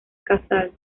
casals